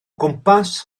gwmpas